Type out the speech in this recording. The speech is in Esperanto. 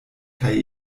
kaj